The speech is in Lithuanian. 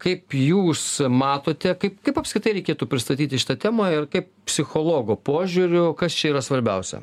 kaip jūs matote kaip kaip apskritai reikėtų pristatyti šitą temą ir kaip psichologo požiūriu kas čia yra svarbiausia